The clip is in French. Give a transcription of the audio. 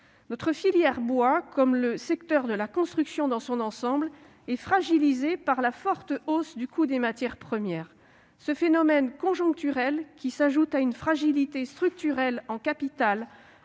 Notre filière bois, comme le secteur de la construction dans son ensemble, est fragilisée par la forte hausse du coût des matières premières. Ce phénomène conjoncturel, qui s'ajoute à une fragilité structurelle en capital,